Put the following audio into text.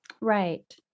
Right